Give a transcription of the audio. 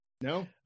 No